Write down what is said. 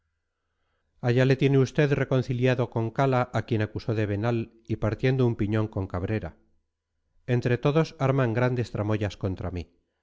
allá le tiene usted reconciliado con cala a quien acusó de venal y partiendo un piñón con cabrera entre todos arman grandes tramoyas contra mí